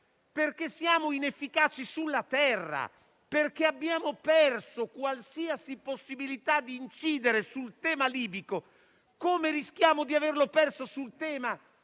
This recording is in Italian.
Perché siamo inefficaci sulla terra e perché abbiamo perso qualsiasi possibilità di incidere sul tema libico, come rischiamo di averla persa sul tema della